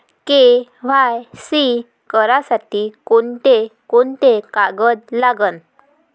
KYC करासाठी कोंते कोंते कागद लागन?